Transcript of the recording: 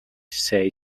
say